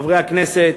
חברי הכנסת,